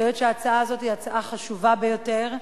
אני חושבת שההצעה הזאת היא הצעה חשובה ביותר,